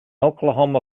oklahoma